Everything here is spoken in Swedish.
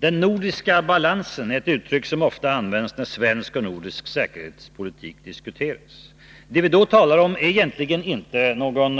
”Den nordiska balansen” är ett uttryck som ofta används när svensk och nordisk säkerhetspolitik diskuteras. Det vi då talar om är egentligen inte någon